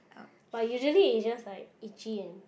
but usually is just like itchy